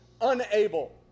unable